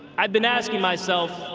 i've been asking myself,